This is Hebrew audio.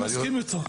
אני מסכים איתו.